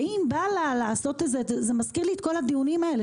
שאם בא לה לעשות זה מזכיר לי את כול הדיונים האלה